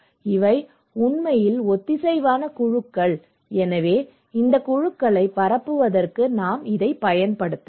இவை உண்மையில் ஒத்திசைவான குழுக்கள் எனவே இந்த குழுக்களை பரப்புவதற்கு நாம் பயன்படுத்தலாம்